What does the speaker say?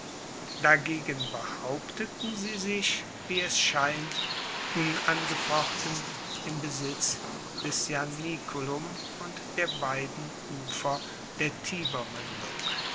dagegen behaupten sie sich wie es scheint unangefochten im besitz des ianiculum und der beiden ufer der